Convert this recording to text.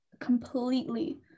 completely